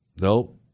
Nope